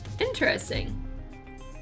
Interesting